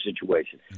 situation